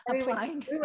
applying